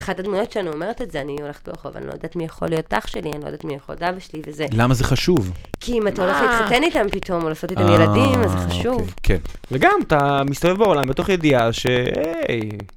אחת הדמויות שאני אומרת את זה, אני הולכת ברחוב, אני לא יודעת מי יכול להיות אח שלי, אני לא יודעת מי יכול להיות אבא שלי וזה. למה זה חשוב? כי אם אתה הולך להתחתן איתם פתאום, או לעשות איתם ילדים, אז זה חשוב. כן. וגם אתה מסתובב בעולם בתוך הידיעה ש...